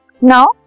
Now